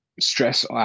stress